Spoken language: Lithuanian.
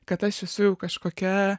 kad aš esu jau kažkokia